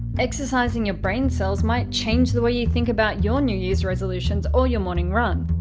exercising your brain cells might change the way you think about your new yearis resolutions or your morning run.